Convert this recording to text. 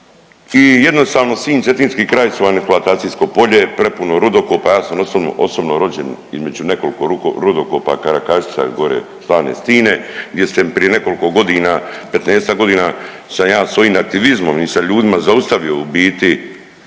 i jednostavno Sinj, cetinski kraj su vam eksploatacijsko polje prepuno rudokopa, ja sam osobno rođen između nekoliko rudokopa Karakašica je gore Slane stile gdje ste prije nekoliko godina, 15-ak godina sam ja svojim aktivizmom i sa ljudi zaustavio u biti